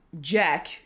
Jack